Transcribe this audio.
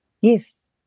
yes